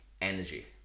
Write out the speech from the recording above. energy